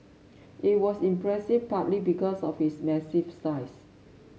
it was impressive partly because of its massive size